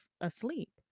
asleep